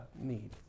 need